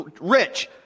rich